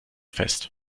fest